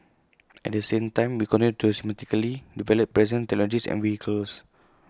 at the same time we continue to systematically develop present technologies and vehicles